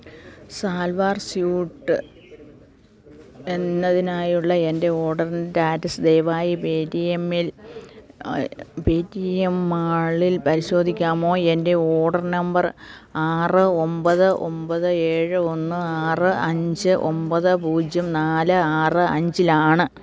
salwar suit എന്നതിനായുള്ള എന്റെ ഓർഡറിന് റ്റാറ്റസ് ദയവായി പേടിഎമ്മില് പേടിഎം മാളിൽ പരിശോധിക്കാമോ എന്റെ ഓഡർ നമ്പർ ആറ് ഒൻപത് ഒൻപത് ഏഴ് ഒന്ന് ആറ് അഞ്ച് ഒൻപത് പൂജ്യം നാല് ആറ് അഞ്ചിലാണ്